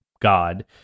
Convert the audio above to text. god